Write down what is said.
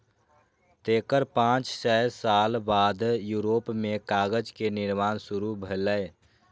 तेकर पांच सय साल बाद यूरोप मे कागज के निर्माण शुरू भेलै